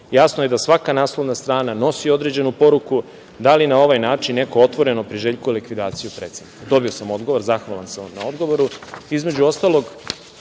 Jasno je da svaka naslovna strana nosi određenu poruku. Da li na ovaj način neko otvoreno priželjkuje likvidaciju predsednika? Dobio sam odgovor. Zahvalan sam vam na odgovoru.